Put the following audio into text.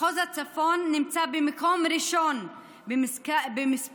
מחוז הצפון נמצא במקום הראשון במספר